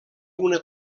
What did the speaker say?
una